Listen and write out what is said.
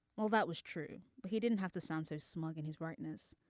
well that was true. but he didn't have to sound so smug in his rightness.